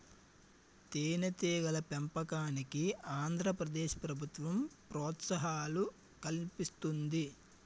తేనెటీగల పెంపకానికి ఆంధ్ర ప్రదేశ్ ప్రభుత్వం ప్రోత్సాహకాలు కల్పిస్తుంది